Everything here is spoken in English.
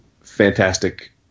fantastic